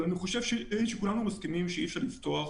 אני חושב שכולנו מסכימים שאי אפשר לפתוח